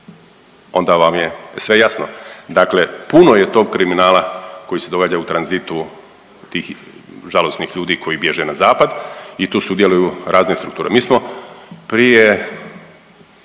onda vam je sve jasno. Dakle, puno je to kriminala koji se događa u tranzitu tih žalosnih ljudi koji bježe na zapad i tu sudjeluju razne strukture. Mi smo prije